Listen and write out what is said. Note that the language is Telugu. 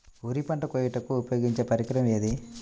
వరి పంట కోయుటకు ఉపయోగించే పరికరం ఏది?